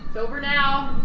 over now,